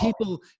people